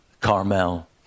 Carmel